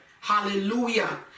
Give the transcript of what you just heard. hallelujah